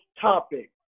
topic